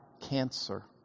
cancer